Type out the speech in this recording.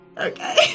Okay